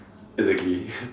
exactly